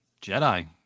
jedi